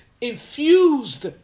infused